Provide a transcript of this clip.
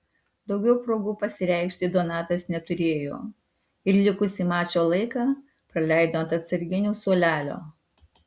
daugiau progų pasireikšti donatas neturėjo ir likusį mačo laiką praleido ant atsarginių suolelio